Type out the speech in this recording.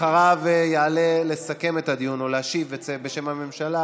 אחריו יעלה לסכם את הדיון ולהשיב בשם הממשלה